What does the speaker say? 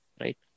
right